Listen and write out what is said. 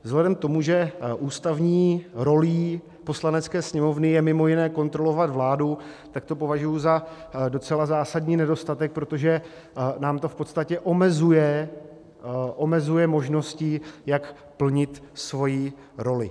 Vzhledem k tomu, že ústavní rolí Poslanecké sněmovny je mimo jiné kontrolovat vládu, tak to považuji za docela zásadní nedostatek, protože nám to v podstatě omezuje možnosti, jak plnit svoji roli.